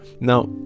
now